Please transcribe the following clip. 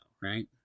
right